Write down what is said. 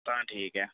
ठीक ऐ